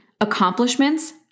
accomplishments